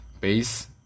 base